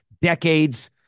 decades